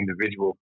individual